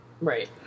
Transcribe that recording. Right